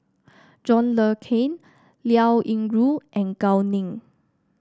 John Le Cain Liao Yingru and Gao Ning